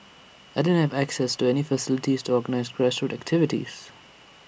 I didn't have access to any facilities to organise grassroots activities